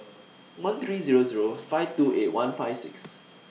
one three Zero Zero five two eight one five six